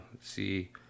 see